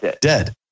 dead